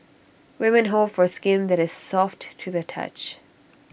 women hope for skin that is soft to the touch